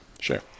Sure